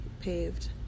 paved